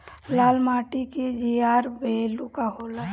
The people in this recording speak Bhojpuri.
लाल माटी के जीआर बैलू का होला?